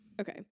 Okay